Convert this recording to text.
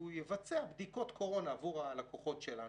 יבצע בדיקות קורונה עבור הלקוחות שלנו,